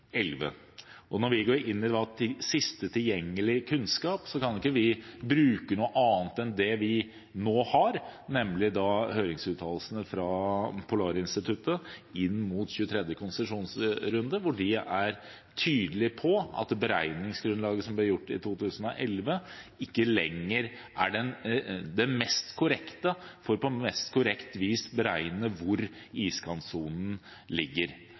2011. Når vi går inn i sist tilgjengelige kunnskap, kan vi ikke bruke noe annet enn det vi nå har, nemlig høringsuttalelsene fra Polarinstituttet, inn mot 23. konsesjonsrunde, hvor de er tydelige på at beregningsgrunnlaget som ble gjort i 2011, ikke lenger er det som på mest korrekt vis beregner hvor iskantsonen ligger.